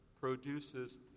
produces